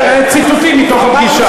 ציטוטים מתוך הפגישה.